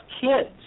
kids